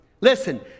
Listen